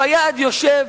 פיאד יושב,